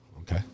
Okay